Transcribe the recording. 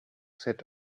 sit